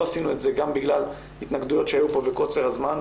עשינו את זה גם בגלל התנגדויות שהיו פה וקוצר הזמן,